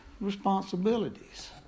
responsibilities